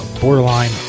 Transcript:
borderline